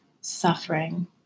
suffering